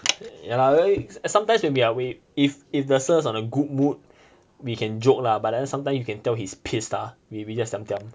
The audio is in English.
ya lah sometimes when we are we if if the sir is on a good mood we can joke lah but then sometime you can tell he's pissed lah we we just tiam tiam